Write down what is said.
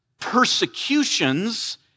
persecutions